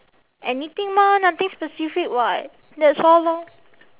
anything mah nothing specific [what] that's all lor